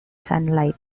sunlight